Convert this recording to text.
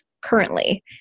currently